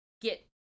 get